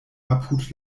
apud